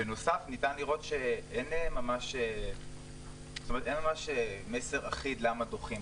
בנוסף, ניתן לראות שאין ממש מסר אחיד למה דוחים.